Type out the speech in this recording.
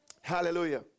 Hallelujah